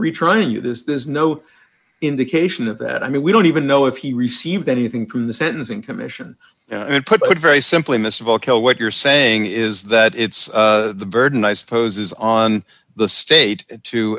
retrying you this there's no indication of that i mean we don't even know if he received anything from the sentencing commission and put it very simply missed of all kiehl what you're saying is that it's the burden i suppose is on the state to